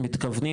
מתכוונים,